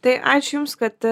tai ačiū jums kad